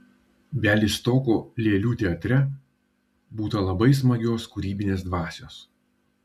bialystoko lėlių teatre būta labai smagios kūrybinės dvasios